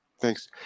thanks